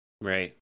Right